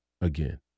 again